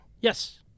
Yes